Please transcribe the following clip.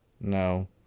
No